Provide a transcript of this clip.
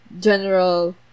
general